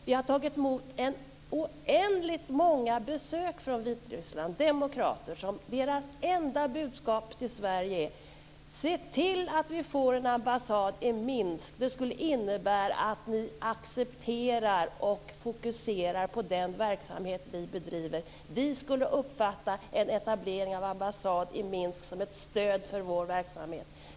Vi har tagit emot oändligt många besök från Vitryssland, demokrater vars enda budskap till Sverige är: Se till att vi får en ambassad i Minsk! Det skulle innebära att ni accepterar och fokuserar på den verksamhet vi bedriver. Vi skulle uppfatta en etablering av ambassad i Minsk som ett stöd för vår verksamhet.